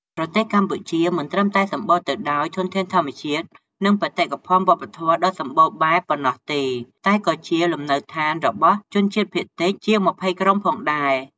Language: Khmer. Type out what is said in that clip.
ប្រទេសកម្ពុជាមិនត្រឹមតែសម្បូរទៅដោយធនធានធម្មជាតិ និងបេតិកភណ្ឌវប្បធម៌ដ៏សម្បូរបែបប៉ុណ្ណោះទេ តែក៏ជាលំនៅដ្ឋានរបស់ ជនជាតិភាគតិច ជាង ២០ ក្រុមផងដែរ។